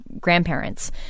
grandparents